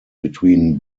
between